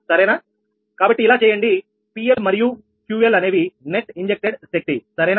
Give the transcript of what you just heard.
కనుక ఇలా చేయండి 𝑃𝐿 మరియు 𝑄𝐿 అనేవి నెట్ ఇంజెక్ట్ డ్ శక్తి సరేనా